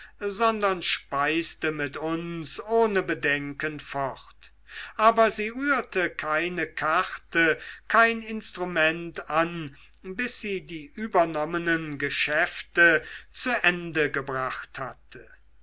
sondern speiste mit uns ohne bedenken fort aber sie rührte keine karte kein instrument an als bis sie die übernommenen geschäfte zu ende gebracht hatte